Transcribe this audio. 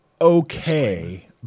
okay